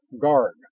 Guard